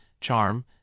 charm